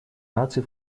наций